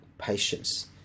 Patience